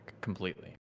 completely